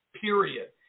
period